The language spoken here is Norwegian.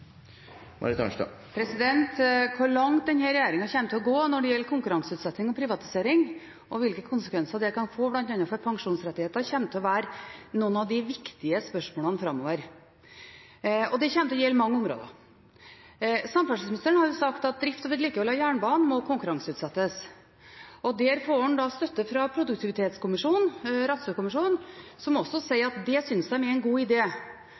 Marit Arnstad – til oppfølgingsspørsmål. Hvor langt denne regjeringen kommer til å gå når det gjelder konkurranseutsetting og privatisering, og hvilke konsekvenser det kan få bl.a. for pensjonsrettigheter, kommer til å være noen av de viktige spørsmålene framover. Det kommer til å gjelde mange områder. Samferdselsministeren har sagt at drift og vedlikehold av jernbanen må konkurranseutsettes. Der får han støtte av produktivitetskommisjonen – Rattsø-kommisjonen – som også sier at de synes det er en god